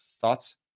thoughts